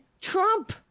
Trump